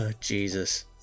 Jesus